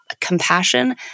compassion